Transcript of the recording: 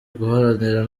guharanira